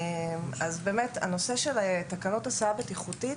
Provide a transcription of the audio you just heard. אז אני חושבת שהנושא של תקנות הסעה בטיחותית